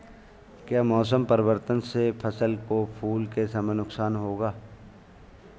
क्या मौसम परिवर्तन से फसल को फूल के समय नुकसान होगा?